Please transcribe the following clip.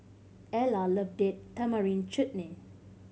Ellar love Date Tamarind Chutney